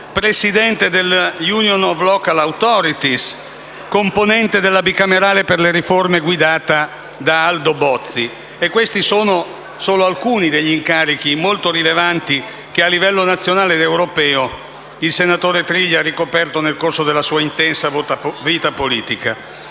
presidente dell'Union of local authorities, componente della Commissione bicamerale per le riforme guidata da Aldo Bozzi. Questi sono solo alcuni degli incarichi molto rilevanti che, a livello nazionale ed europeo, il senatore Triglia ha ricoperto nel corso della sua intensa vita politica.